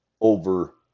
over